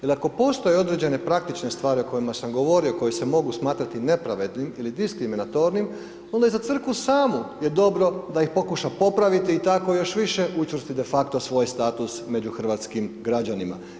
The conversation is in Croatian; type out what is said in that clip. Jer ako postoje određene praktične stvari o kojima sam govorio, koje se mogu smatrate nepravednim ili diskriminatornim onda i za crkvu samu je dobro da ih pokuša popraviti i tako još više učvrsti de facto svoj status među hrvatskim građanima.